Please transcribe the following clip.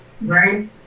Right